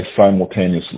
simultaneously